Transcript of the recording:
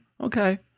okay